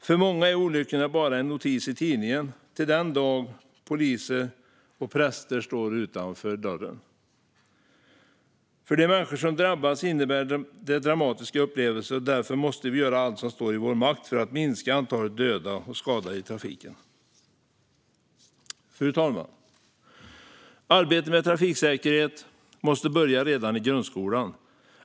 För många är olyckorna bara en notis i tidningen - till den dag poliser och präster står utanför dörren. För de människor som drabbas innebär det dramatiska upplevelser, och därför måste vi göra allt som står i vår makt för att minska antalet döda och skadade i trafiken. Fru talman! Arbetet med trafiksäkerhet måste börja redan i grundskolan.